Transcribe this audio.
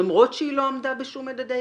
למרות שהיא לא עמדה בשום מדדי כדאיות,